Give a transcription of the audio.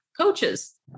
coaches